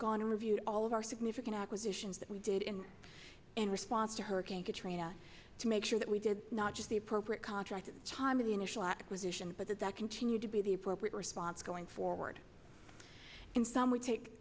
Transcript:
gone reviewed all of our significant acquisitions that we did in in response to hurricane katrina to make sure that we did not just the appropriate contracted time in the initial acquisition but that that continue to be the appropriate response going forward in some we take